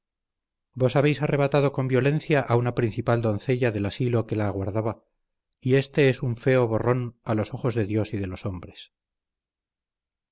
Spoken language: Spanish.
vos habéis arrebatado con violencia a una principal doncella del asilo que la guardaba y este es un feo borrón a los ojos de dios y de los hombres